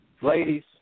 ladies